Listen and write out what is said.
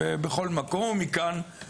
בדרך כלל מפקדי תחנות גדולות או מפקדי